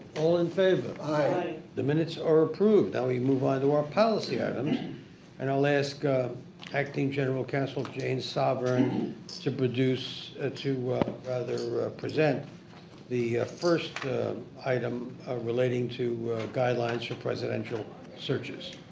all in favor? aye! the minutes are approved. now we move on to our policy items and i'll ask acting general counsel jane sovern to produce ah to rather present the first item relating to guidelines for presidential searches.